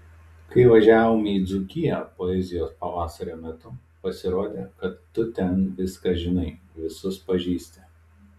kai važiavome į dzūkiją poezijos pavasario metu pasirodė kad tu ten viską žinai visus pažįsti